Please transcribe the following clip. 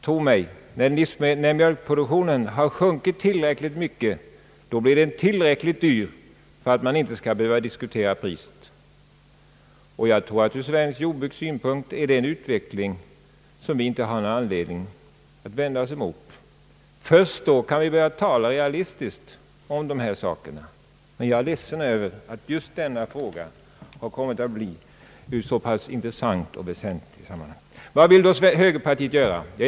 Tro mig: när mjölkproduktionen sjunkit tillräckligt mycket blir mjölken så dyr att man inte kommer att behöva diskutera priset. Jag tror också att detta ur det svenska jordbrukets synpunkt är en utveckling som vi inte har anledning att vända oss mot. Först när den har fullföljts kan vi börja tala realistiskt om dessa frågor. Jag är dock ledsen över att denna sak kommit att tilldra sig ett så väsentligt intresse i detta sammanhang. Vad vill då högerpartiet göra?